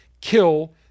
kill